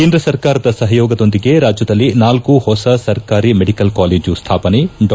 ಕೇಂದ್ರ ಸರ್ಕಾರದ ಸಪಯೋಗದೊಂದಿಗೆ ರಾಜ್ಯದಲ್ಲಿ ನಾಲ್ಲು ಹೊಸ ಸರ್ಕಾರಿ ಮೆಡಿಕಲ್ ಕಾಲೇಜು ಸ್ವಾಪನೆ ಡಾ